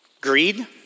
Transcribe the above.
Greed